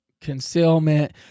concealment